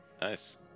Nice